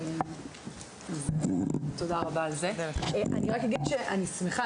אני שמחה,